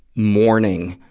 mourning,